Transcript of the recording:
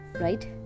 right